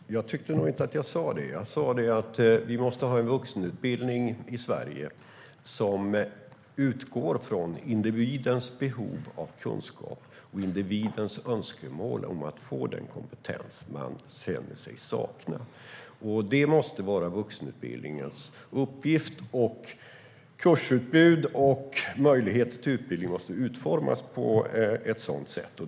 Herr talman! Jag tyckte nog inte att jag sa det. Jag sa att vi måste ha en vuxenutbildning i Sverige som utgår från individens behov av kunskap och individens önskemål om att få den kompetens man känner sig sakna. Det måste vara vuxenutbildningens uppgift. Kursutbud och möjligheter till utbildning måste utformas på ett sådant sätt.